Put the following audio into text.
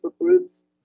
groups